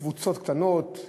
קבוצות קטנות,